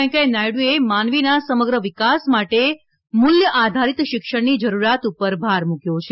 વૈંકેયા નાયડુએ માનવીના સમગ્ર વિકાસ માટે મૂલ્યા આધારિત શિક્ષણની જરૂરિયાત પર ભાર મૂકવો છે